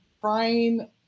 crying